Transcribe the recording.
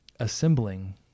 assembling